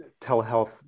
telehealth